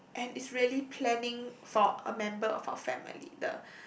and it's really planning for a member of our family in the